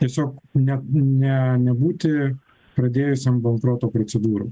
tiesiog ne ne nebūti pradėjusiam bankroto procedūrų